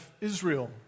Israel